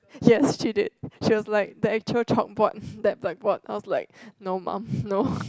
yes she did she was like the actual chalkboard that blackboard then I was like no mum no